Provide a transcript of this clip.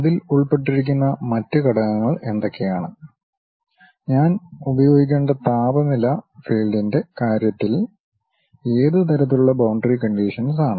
അതിൽ ഉൾപ്പെട്ടിരിക്കുന്ന മറ്റ് ഘടകങ്ങൾ എന്തൊക്കെയാണ് ഞാൻ പ്രയോഗിക്കേണ്ട താപനില ഫീൽഡിന്റെ കാര്യത്തിൽ ഏത് തരത്തിലുള്ള ബൌൻഡറി കണ്ടിഷൻസ് ആണ്